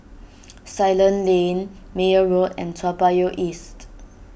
Ceylon Lane Meyer Road and Toa Payoh East